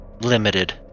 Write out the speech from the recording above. limited